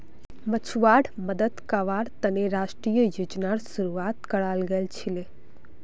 मछुवाराड मदद कावार तने राष्ट्रीय योजनार शुरुआत कराल गेल छीले